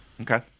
okay